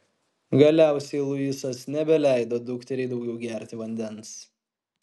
galiausiai luisas nebeleido dukteriai daugiau gerti vandens